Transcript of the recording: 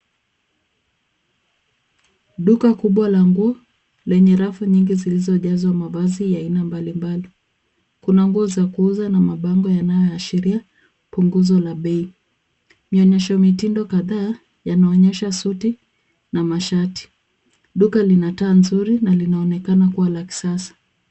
Duka kubwa la nguo lenye rafu nyingi zilizojazwa mavazi ya aina mbalimbali. Kuna nguo za kuuzwa na mabango yanayoashiria punguzo la bei. Mionyesho mitindo kadhaa yanaonyesha suti na mashati. Duka lina taa nzuri na linaonekana kuwa la kisasa.